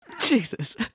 Jesus